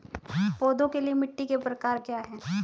पौधों के लिए मिट्टी के प्रकार क्या हैं?